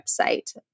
website